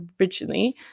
originally